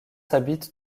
habite